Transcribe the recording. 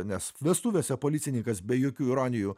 nes vestuvėse policininkas be jokių ironijų